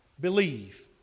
believe